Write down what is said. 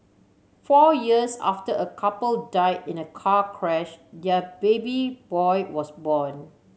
four years after a couple died in a car crash their baby boy was born